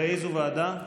לאיזו ועדה,